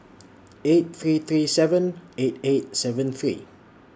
eight three three seven eight eight seven three